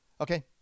Okay